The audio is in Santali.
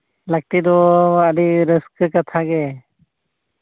ᱞᱟᱹᱠᱛᱤ ᱫᱚ ᱟᱹᱰᱤ ᱨᱟᱹᱥᱠᱟᱹ ᱠᱟᱛᱷᱟ ᱜᱮ